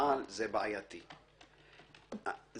המפעל יעדכן את קצין הבטיחות